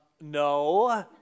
no